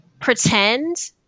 pretend